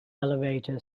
elevator